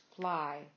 fly